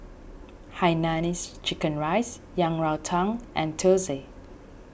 Hainanese Chicken Rice Yang Rou Tang and Thosai